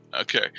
okay